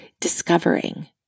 discovering